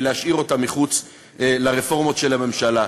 להשאיר אותה מחוץ לרפורמות של הממשלה.